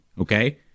okay